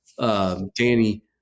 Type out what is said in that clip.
Danny